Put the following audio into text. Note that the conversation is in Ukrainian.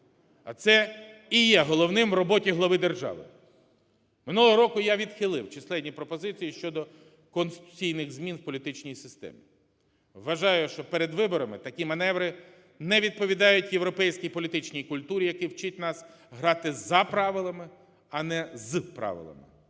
а це і є головним в роботі глави держави. Минулого року я відхилив численні пропозиції щодо конституційних змін в політичній системі. Вважаю, що перед виборами такі маневри не відповідають європейській політичній культурі, яка вчить нас грати за правилами, а не з правилами,